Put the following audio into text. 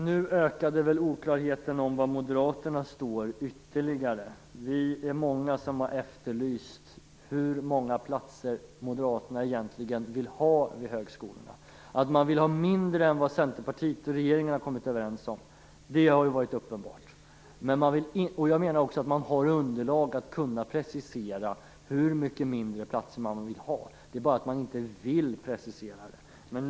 Nu ökade väl oklarheten ytterligare om var Moderaterna står. Vi är många som har efterlyst hur många platser Moderaterna egentligen vill ha vid högskolorna. Att man vill ha färre platser än vad Centerpartiet och regeringen har kommit överens om har varit uppenbart. Man har underlag att kunna precisera hur mycket färre platser man vill ha, det är bara att man inte vill precisera det.